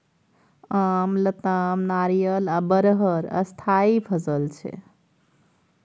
आम, लताम, नारियर आ बरहर स्थायी फसल छै